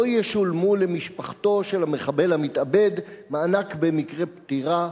לא ישולמו למשפחתו של המחבל המתאבד מענק במקרה פטירה,